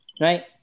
Right